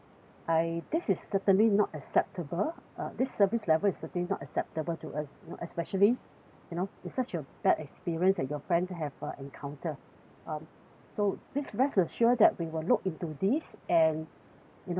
I this is certainly not acceptable uh this service level is certainly not acceptable to us you know especially you know it's such a bad experience that your friend have uh encounter um so please rest assure that we will look into this and you know